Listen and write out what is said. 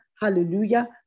Hallelujah